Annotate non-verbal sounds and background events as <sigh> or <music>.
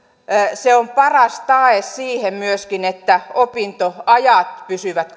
on paras tae myöskin siihen että opintoajat pysyvät <unintelligible>